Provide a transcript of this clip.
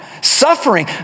suffering